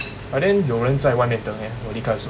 but then 有人在外面等 eh 我离开的时候